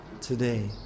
today